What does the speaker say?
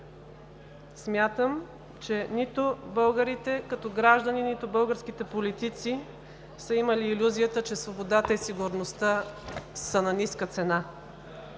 Смятам, че нито българите, като граждани, нито българските политици, са имали илюзията, че свободата и сигурността са на ниска цена.